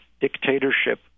dictatorship